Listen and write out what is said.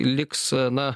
liks na